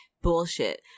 bullshit